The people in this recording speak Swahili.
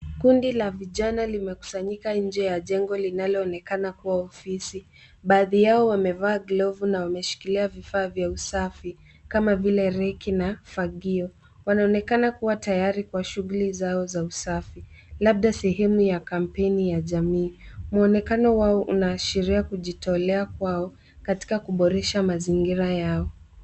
Kundi la vijana limekusanyika nje ya jengo linaloonekana kuwa ofisi. Baadhi yao wamevaa glovu na wameshikilia vifaa vya usafi kama vile reki na fagio. Wanaonekana kuwa tayari kwa shughuli zao za usafi labda sehemu ya kampeni ya jamii. Mwonekano wao inaashiria kujitolea kwao katika kuboresha mazingira yao.